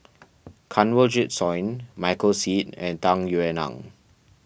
Kanwaljit Soin Michael Seet and Tung Yue Nang